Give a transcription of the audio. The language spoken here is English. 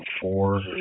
four